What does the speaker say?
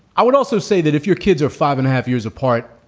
i would also say that if your kids are five and a half years apart,